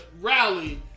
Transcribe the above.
Rally